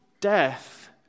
Death